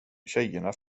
tjejerna